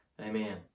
Amen